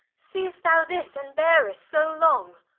seest thou this, and bearest so long?